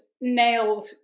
nailed